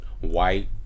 white